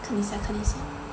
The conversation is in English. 看一下看一下